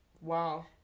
Wow